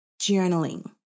journaling